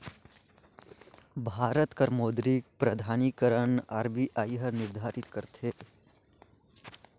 भारत कर मौद्रिक प्राधिकरन आर.बी.आई हर निरधारित करथे